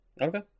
Okay